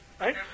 right